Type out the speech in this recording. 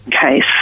case